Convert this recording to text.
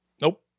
Nope